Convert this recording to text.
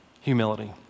humility